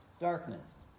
darkness